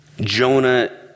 Jonah